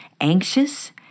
anxious